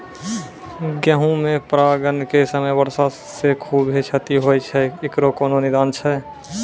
गेहूँ मे परागण के समय वर्षा से खुबे क्षति होय छैय इकरो कोनो निदान छै?